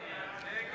ההצעה